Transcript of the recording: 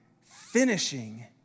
Finishing